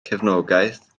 cefnogaeth